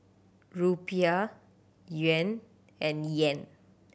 Rupiah Yuan and Yen